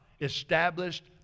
established